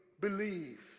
believe